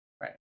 Right